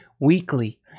weekly